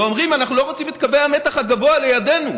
ואומרים: אנחנו לא רוצים את קווי המתח הגבוה לידינו.